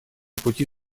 пути